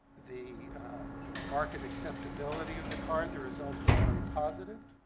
the market acceptability of the card. the results were very positive.